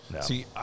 See